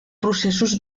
processos